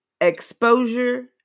exposure